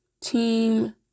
Team